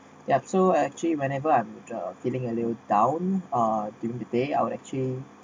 ya so actually whenever I'm feeling a little down uh during the day I will actually